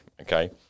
okay